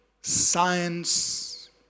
science